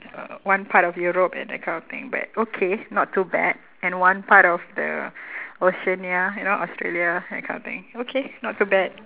uh one part of europe and that kind of thing but okay not too bad and one part of the oceania you know australia that kind of thing okay not too bad